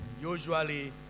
Usually